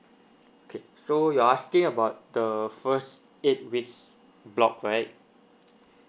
okay so you're asking about the first eight weeks block right